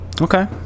okay